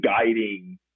guiding